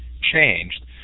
changed